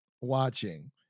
watching